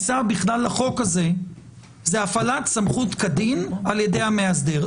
בכלל לחוק הזה זה הפעלת סמכות כדין על-ידי המאסדר.